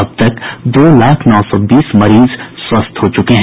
अब तक दो लाख नौ सौ बीस मरीज स्वस्थ हो चुके हैं